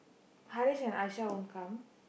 Harish and Aisha won't come